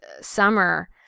summer